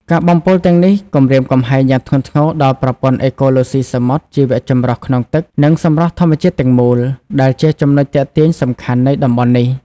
ការបំពុលទាំងនេះគំរាមកំហែងយ៉ាងធ្ងន់ធ្ងរដល់ ប្រព័ន្ធអេកូឡូស៊ីសមុទ្រ ជីវចម្រុះក្នុងទឹក និង សម្រស់ធម្មជាតិ ទាំងមូល ដែលជាចំណុចទាក់ទាញសំខាន់នៃតំបន់នេះ។